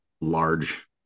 large